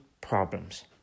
problems